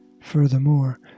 Furthermore